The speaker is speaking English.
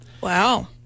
Wow